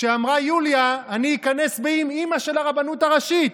כשאמרה יוליה: אני איכנס באימ-אימא של הרבנות הראשית?